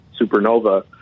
supernova